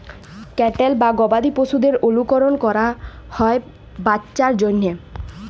cattle বা গবাদি পশুদের অলুকরল ক্যরা হ্যয় বাচ্চার জ্যনহে